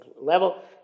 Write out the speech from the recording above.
level